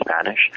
Spanish